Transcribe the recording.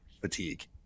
fatigue